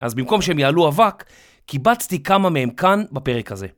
אז במקום שהם יעלו אבק, קיבצתי כמה מהם כאן בפרק הזה.